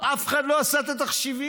אף אחד לא עשה את התחשיבים.